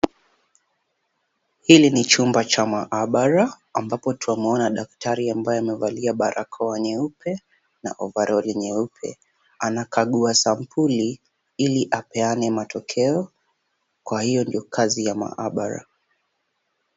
Hili ni chumba cha maabara ambapo twamuona daktari ambaye amevalia barakoa nyeupe na ovaroli nyeupe. Anakagua sampuli ili apeane matokeo. Kwa hiyo ndiyo kazi ya maabara.